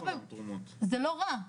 זה לא רע,